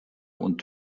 und